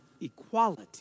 equality